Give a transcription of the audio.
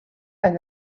and